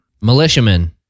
Militiamen